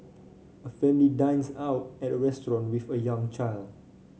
a family dines out at a restaurant with a young child